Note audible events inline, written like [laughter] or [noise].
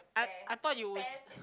I I thought you [noise]